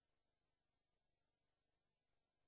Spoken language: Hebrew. כמה כסף